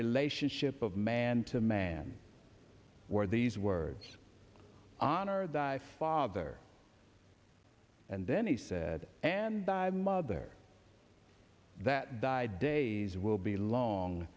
relationship of man to man where these words honor thy father and then he said and by mother that died days will be long